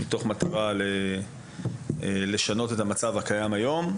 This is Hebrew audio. מתוך מטרה לשנות את המצב הקיים היום.